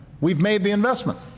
we've made the investment